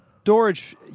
storage